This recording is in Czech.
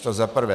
To za prvé.